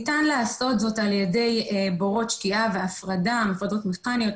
ניתן לעשות זאת על ידי בורות שקיעה והפרדות מכניות,